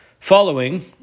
Following